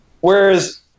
Whereas